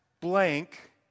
blank